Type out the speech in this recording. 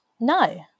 No